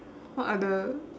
what are the